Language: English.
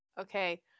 okay